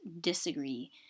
disagree